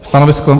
Stanovisko?